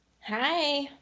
Hi